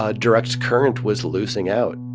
ah direct current was losing out.